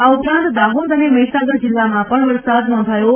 આ ઉપરાંત દાહોદ અને મહિસાગર જિલ્લામાં પણ વરસાદ નોંધાયો છે